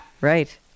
right